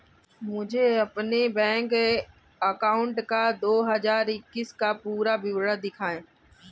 मुझे अपने bank account का दो हज़ार इक्कीस का पूरा विवरण दिखाएँ?